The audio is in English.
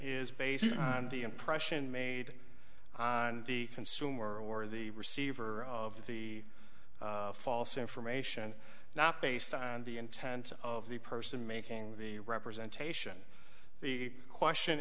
is based on the impression made on the consumer or the receiver of the false information not based on the intent of the person making the representation the question